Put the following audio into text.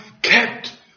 Kept